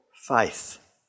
faith